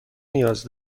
نیاز